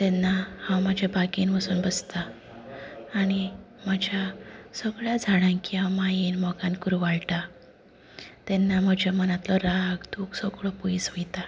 तेन्ना हांव म्हज्या बागेंत वचून बसतां आनी म्हज्या सगळ्यां झाडांकी हांव मायेन मोगान कुरवाळटा तेन्ना म्हज्या मनांतलो राग दूख्ख सगळें पयस वयता